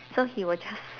so he will just